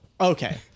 Okay